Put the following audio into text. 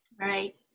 Right